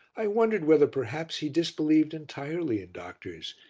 i wondered whether perhaps he disbelieved entirely in doctors,